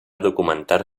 documentar